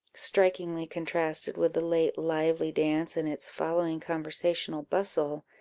strikingly contrasted with the late lively dance and its following conversational bustle,